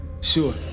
Sure